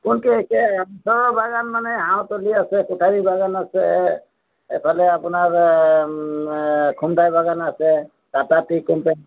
ক'তো এতিয়া চাহবাগান মানে হাঁহতলী আছে কোঠাৰী বাগান আছে এফালে আপোনাৰ খুমটাই বাগান আছে টাটা টি কোম্পানী